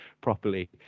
properly